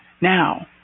now